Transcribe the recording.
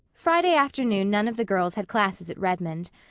friday afternoon none of the girls had classes at redmond.